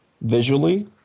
visually